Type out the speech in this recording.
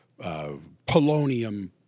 Polonium